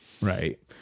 right